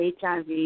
HIV